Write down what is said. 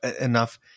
enough